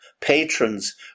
patrons